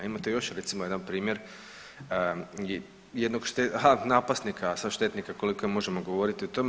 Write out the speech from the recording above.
Imate još recimo jedan primjer jednog napasnika, štetnika koliko možemo govoriti o tome.